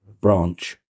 branch